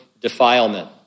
defilement